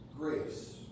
Grace